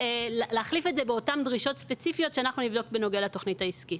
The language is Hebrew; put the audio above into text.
ולהחליף את זה באותן דרישות ספציפיות שאנחנו נבדוק בנוגע לתכנית העסקית.